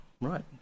Right